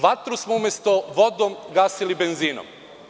Vatru smo umesto vodom gasili benzinom.